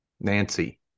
Nancy